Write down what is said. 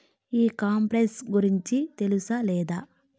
ఈ కామర్స్ గురించి తెలుసా లేదా?